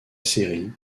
série